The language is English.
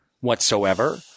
whatsoever